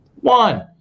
one